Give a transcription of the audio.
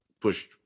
pushed